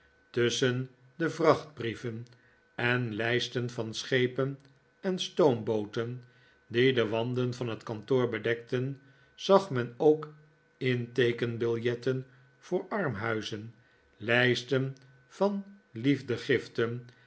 tusschen de vrachtbrieven en lijsten van schepen en stoombooten die de wanden van het kantoor bedekten zag men ook inteekenbiljetten voor armhuizen lijsten van liefdegiften